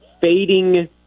fading